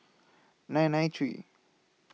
nine nine three